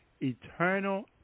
eternal